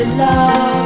love